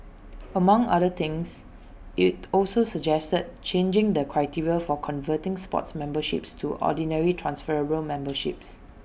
among other things IT also suggested changing the criteria for converting sports memberships to ordinary transferable memberships